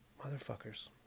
motherfuckers